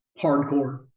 hardcore